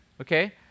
okay